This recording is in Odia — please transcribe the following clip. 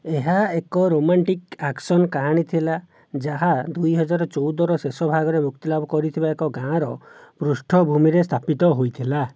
ଏହା ଏକ ରୋମାଣ୍ଟିକ୍ ଆକ୍ସନ୍ କାହାଣୀ ଥିଲା ଯାହା ଦୁଇହଜାର ଚଉଦର ଶେଷ ଭାଗରେ ମୁକ୍ତିଲାଭ କରିଥିବା ଏକ ଗାଁର ପୃଷ୍ଠଭୂମିରେ ସ୍ଥାପିତ ହୋଇଥିଲା